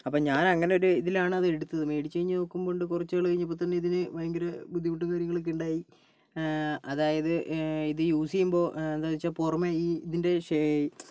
അപ്പം ഞാൻ അങ്ങനെ ഒരു ഇതിലാണ് എടുത്തത് മേടിച്ച് കഴിഞ്ഞ് നോക്കുമ്പോൾ ഉണ്ട് കുറച്ചു നാൾ കഴിഞ്ഞ് ഇതിന് ഭയങ്കര ബുദ്ധിമുട്ട് കാര്യങ്ങളൊക്കെ ഉണ്ടായി അതായത് ഇത് യൂസ് ചെയ്യുമ്പോൾ എന്താന്ന് വെച്ചാൽ പുറമേ ഇതിൻ്റെ ഷേയ്